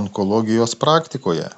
onkologijos praktikoje